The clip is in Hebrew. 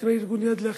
נקרא ארגון "יד לאחים".